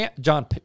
John